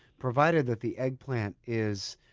provided that the eggplant is